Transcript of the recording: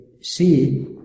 see